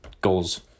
goals